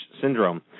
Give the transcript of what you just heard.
Syndrome